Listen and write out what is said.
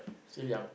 still young